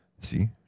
See